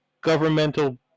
governmental